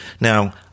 Now